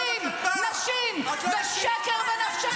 הטייסים שומרים על המדינה הזאת.